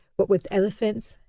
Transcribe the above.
what with elephants,